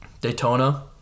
Daytona